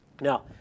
Now